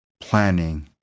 planning